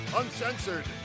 uncensored